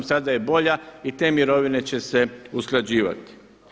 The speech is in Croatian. Sada je bolja i te mirovine će se usklađivati.